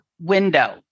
window